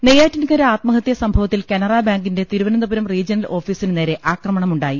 നെയ്യാറ്റിൻകര ആത്മഹത്യ് സംഭവത്തിൽ കനറാ ബാങ്കിന്റെ തിരുവനന്തപുരം റീജിണൽ ഓഫീസിനു നേരെ ആക്രമ ണമുണ്ടായി